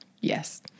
Yes